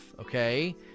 okay